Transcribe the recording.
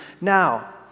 now